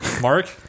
Mark